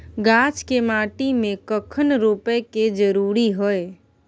गाछ के माटी में कखन रोपय के जरुरी हय?